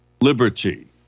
liberty